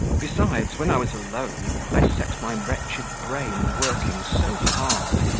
besides, when i was alone, i set my wretched brain working so hard,